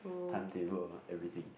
timetable ah everything